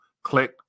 click